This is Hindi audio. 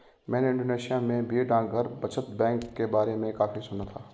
मैंने इंडोनेशिया में भी डाकघर बचत बैंक के बारे में काफी सुना था